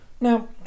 Now